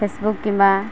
Facebook କିମ୍ବା